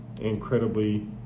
incredibly